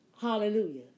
Hallelujah